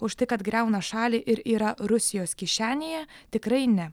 už tai kad griauna šalį ir yra rusijos kišenėje tikrai ne